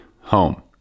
home